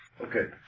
Okay